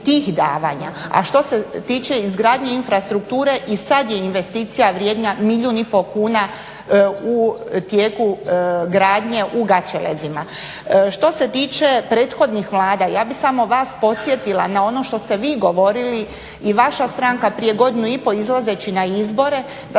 tih davanja. A što se tiče izgradnje infrastrukture i sada je investicija vrijedna milijun i pol kuna u tijeku gradnje u Gaćelezima. Što se tiče prethodnih vlada ja bih samo vas podsjetila na ono što ste vi govorili i vaša stranka prije godinu i pol izlazeći na izbore, da